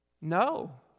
No